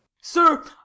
Sir